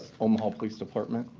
omaha police department.